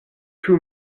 too